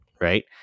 Right